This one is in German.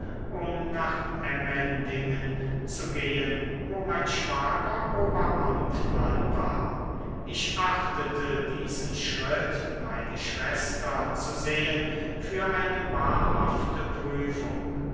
um nach emmendingen zu gehen wo mein schwager oberamtmann war ich achtete diesen schritt meine schwester zu sehen für eine wahrhafte prüfung